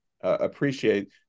appreciate